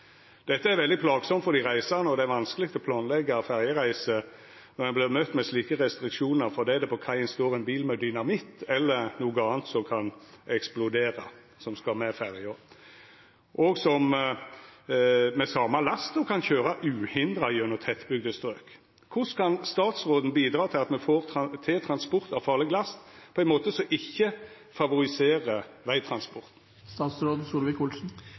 Dette er veldig plagsamt for dei reisande, og det er vanskeleg å planleggja ferjereise når ein vert møtt med slike restriksjonar fordi det på kaia står ein bil med dynamitt eller noko anna som kan eksplodera, og som skal med ferja, og som med same lasta kan køyra uhindra gjennom tettbygde strøk. Korleis kan statsråden bidra til at me får til transport av farleg last på ein måte som ikkje favoriserer